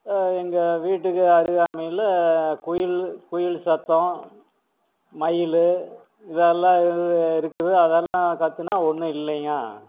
எங்கள் வீட்டுக்கு அருகாமையில் குயில் குயில் சத்தம் மயில் இதெல்லாம் இருக்குது அதெல்லாம் கத்தினா ஒன்றும் இல்லைங்க